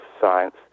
science